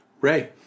Ray